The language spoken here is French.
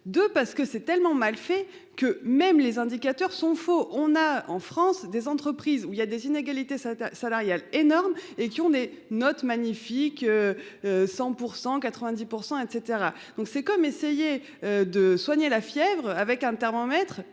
de parce que c'est tellement mal fait que même les indicateurs sont faux, on a en France des entreprises où il y a des inégalités salariales énorme et qui ont des notre magnifique. 100 pour 190% et cetera donc c'est comme essayer de soigner la fièvre avec un thermomètre